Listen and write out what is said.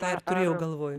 tą ir turėjau galvoj